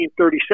1937